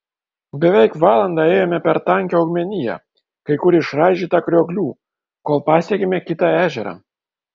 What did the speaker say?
beveik valandą ėjome per tankią augmeniją kai kur išraižytą krioklių kol pasiekėme kitą ežerą